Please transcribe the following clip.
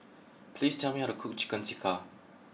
please tell me how to cook Chicken Tikka